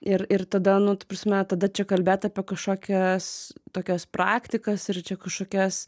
ir ir tada nu ta prasme tada čia kalbėt apie kažkokias tokias praktikas ir čia kažkokias